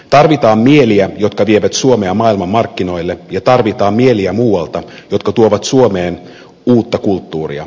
tarvitaan mieliä jotka vievät suomea maailmanmarkkinoille ja tarvitaan mieliä muualta jotka tuovat suomeen uutta kulttuuria